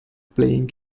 playing